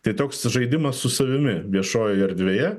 tai toks žaidimas su savimi viešojoj erdvėje